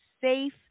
safe